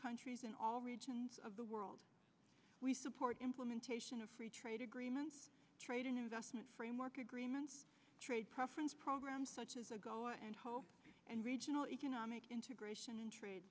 countries in all regions of the world we support implementation of free trade agreements trade and investment framework agreement trade preference programs such as a goal and hope and regional economic integration